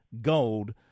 Gold